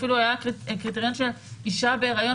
אפילו היה קריטריון של אישה בהיריון